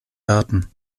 daten